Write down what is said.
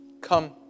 Come